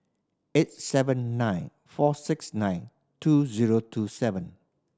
eight seven nine four six nine two zero two seven